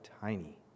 Tiny